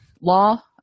law